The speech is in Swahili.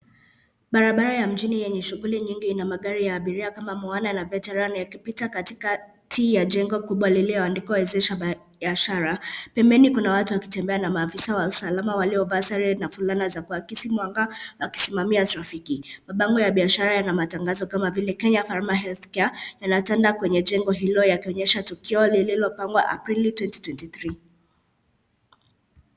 Barabara ya mjini enye shughuli nyingi ina magari ya abiria kama vile Moana na Veteran yakipita katika T ya jengo kubwa liloandikwa wezesha biashara. Pembeni kuna watu wakitembea na maafisa wa usalama waliovaa sare na fulana ya kuakisi mwanga na wakisimamia trafiki. Mabango ya biashara na matangazo kama vile Kenya Pharma Healthcare yanatanda kwenye jengo hilo yakuonesha tukio lilopangwa aprili 2023.